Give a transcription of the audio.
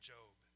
Job